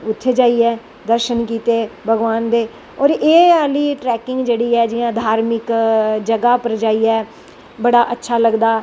उत्थें जाइयै दर्शन कीते भगवान दे और एह् जेह्की ट्रैकिंग ऐ जियां धार्मिक जगाह् पर जाइयै बड़ा अच्चा लगदा